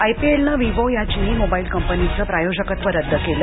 IPL नं Vivo या चिनी मोबाईल कंपनीच प्रायोजकत्व रद्द केलं